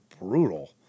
Brutal